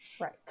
Right